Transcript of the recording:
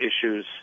issues